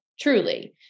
Truly